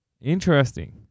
Interesting